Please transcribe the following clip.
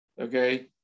okay